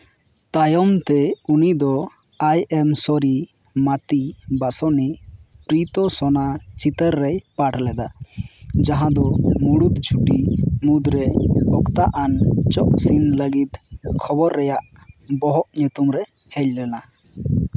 ᱛᱟᱭᱚᱢᱛᱮ ᱩᱱᱤᱫᱚ ᱟᱭ ᱮᱢ ᱥᱚᱨᱤ ᱢᱟᱛᱤ ᱵᱟᱥᱚᱱᱤ ᱯᱨᱤᱛᱚᱥᱳᱱᱟ ᱪᱤᱛᱟᱹᱨ ᱨᱮᱭ ᱯᱟᱴᱷ ᱞᱮᱫᱟ ᱡᱟᱦᱟᱸ ᱫᱚ ᱢᱩᱬᱩᱫ ᱡᱩᱴᱤ ᱢᱩᱫᱽᱨᱮ ᱚᱠᱛᱟ ᱟᱱ ᱪᱚᱜ ᱥᱤᱱ ᱞᱟᱹᱜᱤᱫ ᱠᱷᱚᱵᱚᱨ ᱨᱮᱭᱟᱜ ᱵᱚᱦᱚᱜ ᱧᱩᱛᱩᱢ ᱨᱮ ᱦᱮᱡ ᱞᱮᱱᱟ